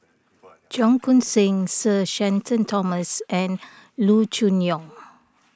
Cheong Koon Seng Sir Shenton Thomas and Loo Choon Yong